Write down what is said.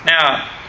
Now